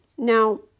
Now